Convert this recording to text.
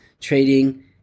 trading